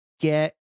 get